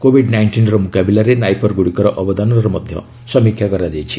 Covid ନାଇଷ୍ଟିନ୍ର ମୁକାବିଲାରେ ନାଇପର୍ଗୁଡ଼ିକର ଅବଦାନ ମଧ୍ୟ ସମୀକ୍ଷା କରାଯାଇଛି